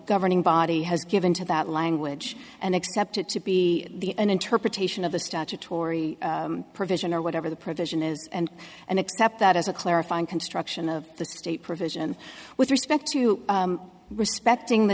governing body has given to that language and accept it to be the an interpretation of the statutory provision or whatever the provision is and and accept that as a clarifying construction of the state provision with respect to respecting the